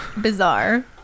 bizarre